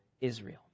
Israel